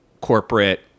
corporate